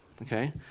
Okay